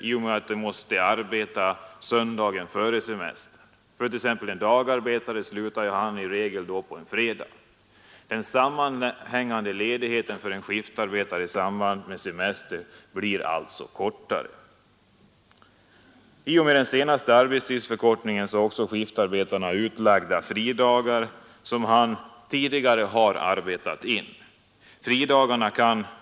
I och med att de måste arbeta söndagen före semestern har de kortare semester. En dagarbetare slutar i regel på en fredag. Den sammanhängande ledigheten för en skiftarbetare i samband med semester blir alltså kortare. I och med den senaste arbetstidsförkortningen har skiftarbetarna utlagda fridagar som de tidigare arbetat in.